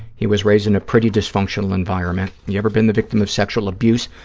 he was raised in a pretty dysfunctional environment. you ever been the victim of sexual abuse?